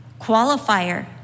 Qualifier